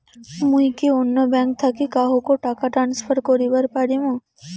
মুই কি অন্য ব্যাঙ্ক থাকি কাহকো টাকা ট্রান্সফার করিবার পারিম?